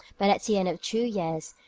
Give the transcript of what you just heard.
but at the end of two years,